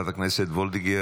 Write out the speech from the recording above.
אינו נוכח, חברת הכנסת וולדיגר,